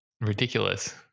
ridiculous